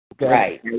Right